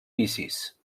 vicis